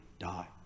die